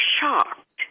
shocked